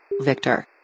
Victor